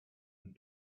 and